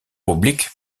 oblique